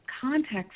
context